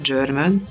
German